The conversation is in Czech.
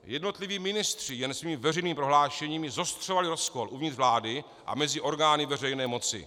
Jednotliví ministři jen svými veřejnými prohlášeními zostřovali rozpor uvnitř vlády a mezi orgány veřejné moci.